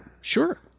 Sure